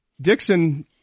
Dixon